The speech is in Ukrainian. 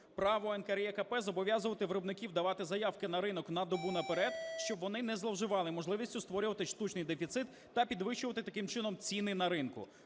Право НКРЕКП зобов'язувати виробників давати заявки на ринок на добу наперед, щоб вони не зловживали можливістю створювати штучний дефіцит та підвищувати таким чином ціни на ринку.